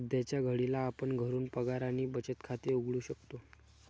सध्याच्या घडीला आपण घरून पगार आणि बचत खाते उघडू शकतो